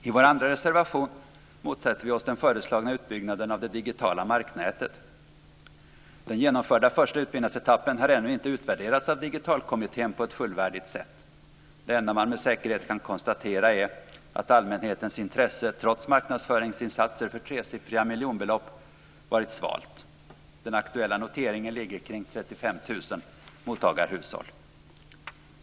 I vår andra reservation motsätter vi oss den föreslagna utbyggnaden av det digitala marknätet. Den genomförda första utbyggnadsetappen har ännu inte utvärderats av Digitalkommittén på ett fullvärdigt sätt. Det enda man med säkerhet kan konstatera är att allmänhetens intresse trots marknadsföringsinsatser för tresiffriga miljonbelopp varit svalt. Den aktuella noteringen ligger kring 35 000 mottagarhushåll.